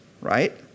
Right